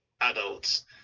adults